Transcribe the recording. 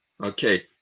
Okay